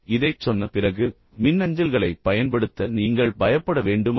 இதைச் சொன்ன பிறகு மின்னஞ்சல்களைப் பயன்படுத்த நீங்கள் பயப்பட வேண்டுமா